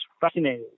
fascinated